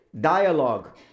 dialogue